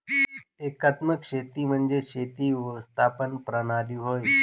एकात्मिक शेती म्हणजे शेती व्यवस्थापन प्रणाली होय